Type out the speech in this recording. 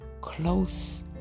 close